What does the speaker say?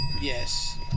Yes